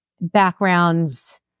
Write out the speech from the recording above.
backgrounds